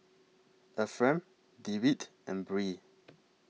Efrem Dewitt and Brea